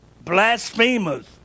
Blasphemers